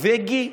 הנורבגי,